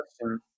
question